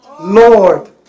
Lord